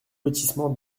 lotissement